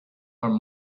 are